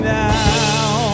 now